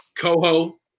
Coho